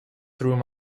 through